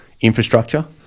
infrastructure